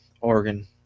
Oregon